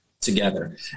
together